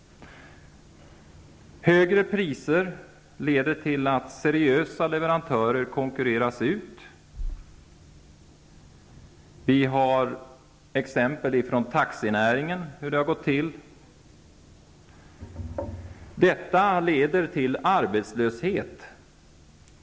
Högre priser leder till att seriösa leverantörer konkurreras ut -- det finns exempel från taxinäringen på hur det har gått till --, vilket i sin tur leder till arbetslöshet.